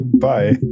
Bye